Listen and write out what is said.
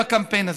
בקמפיין הזה.